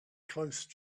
close